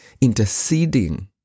interceding